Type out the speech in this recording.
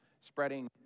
spreading